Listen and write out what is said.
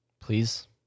please